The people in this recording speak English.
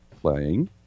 playing